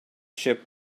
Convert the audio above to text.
ship